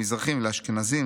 למזרחים ולאשכנזים,